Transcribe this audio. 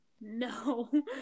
No